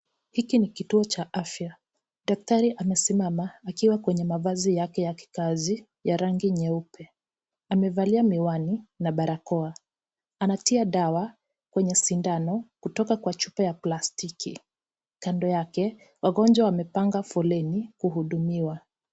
Hiki niki tuo cha afya daktari amesimama akiwa kwenye mavazi yake ya kikazi ya rangi nyeupe amevalia miwani na barakoa anatia dawa kwenye sindano kutoka kwa chupa ya plastiki kando yake wagonjwa wamepanga foleni kuhudumiwa.